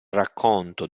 racconto